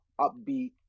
upbeat